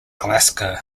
glasgow